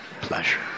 pleasure